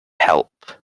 help